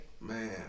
Man